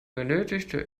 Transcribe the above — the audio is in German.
benötigte